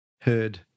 heard